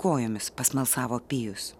kojomis pasmalsavo pijus